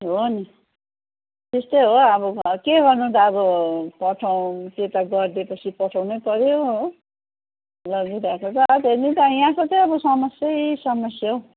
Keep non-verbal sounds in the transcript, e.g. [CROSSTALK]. हो नि त्यस्तै हो अब के गर्नु त अब पठाऔँ [UNINTELLIGIBLE] गरिदिएपछि पठाउनै पऱ्यो हो यहाँको त अब समस्यै समस्या हो